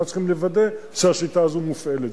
ואנחנו צריכים לוודא שהשיטה הזאת מופעלת.